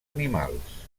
animals